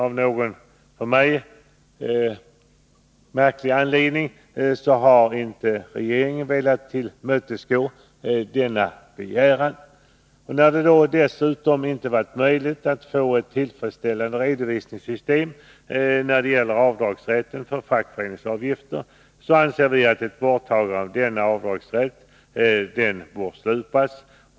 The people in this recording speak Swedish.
Av någon märklig anledning har regeringen inte velat tillmötesgå denna begäran. Då det därtill inte varit möjligt att få ett tillfredsställande redovisningssystem när det gäller avdragsrätten för fackföreningsavgifter, anser vi att denna avdragsrätt bör slopas.